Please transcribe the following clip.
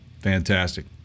Fantastic